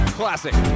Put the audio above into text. classic